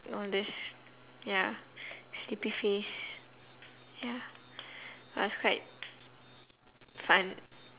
put on this ya sleepy face ya it was quite fun